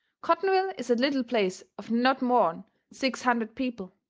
cottonville is a little place of not more'n six hundred people.